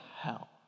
hell